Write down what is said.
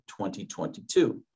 2022